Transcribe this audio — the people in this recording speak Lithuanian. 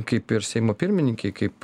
kaip ir seimo pirmininkei kaip